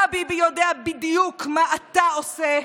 אתה, ביבי, יודע בדיוק מה אתה עושה,